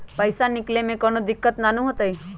पईसा निकले में कउनो दिक़्क़त नानू न होताई?